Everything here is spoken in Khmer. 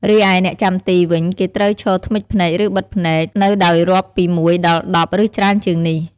រីឯអ្នកចាំទីវិញ គេត្រូវឈរធ្មិចភ្នែក ឬ បិទភ្នែកនៅដោយរាប់ពីមួយដល់ដប់ ឬ ច្រើនជាងនេះ។